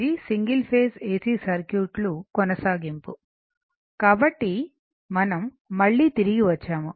కాబట్టి మనం మళ్ళీ తిరిగి వచ్చాము